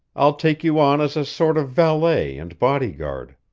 i'll take you on as a sort of valet and bodyguard.